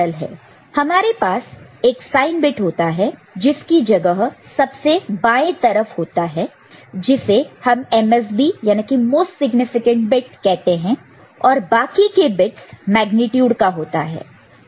तो हमारे पास एक साइन बिट होता है जिसकी जगह सबसे बाएं लेफ्टमोस्ट left most तरफ होता है जिसे हम MSB मोस्ट सिग्निफिकेंट बिट कहते हैं और बाकी के बिट्स मेग्नीट्यूड का होता है